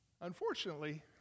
unfortunately